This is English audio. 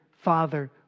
father